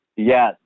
Yes